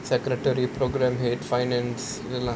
secretary programme head finance ya lah